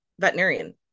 veterinarian